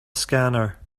scanner